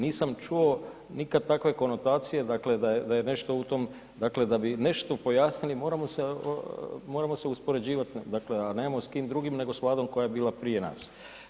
Nisam čuo nikad takve konotacije, dakle da je nešto u tom, dakle da bi nešto pojasnili moramo se uspoređivati s nekim, dakle a nemamo s kim drugim nego s vladom koja je bila prije nas.